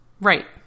Right